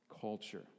culture